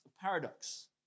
paradox